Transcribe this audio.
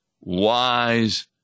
wise